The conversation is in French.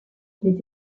les